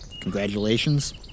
congratulations